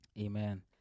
Amen